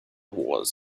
wars